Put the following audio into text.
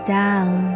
down